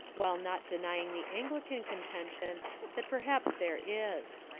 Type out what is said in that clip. while not deny ing the anglican contention that perhaps there is.